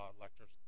lectures